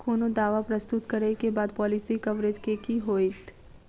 कोनो दावा प्रस्तुत करै केँ बाद पॉलिसी कवरेज केँ की होइत?